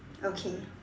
okay